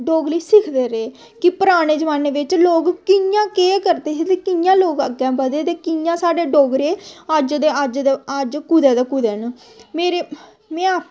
डोगरी सिखदे रेह् कि पराने जमाने बिच्च लोग कि'यां केह् करदे हे ते कि'यां लोग अग्गें बधे ते कि'यां साढ़े डोगरे अज्ज अज्ज दे कुदै ते कुदै न मेरे में